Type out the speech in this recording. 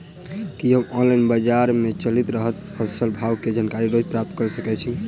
की हम ऑनलाइन, बजार मे चलि रहल फसलक भाव केँ जानकारी रोज प्राप्त कऽ सकैत छी?